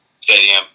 stadium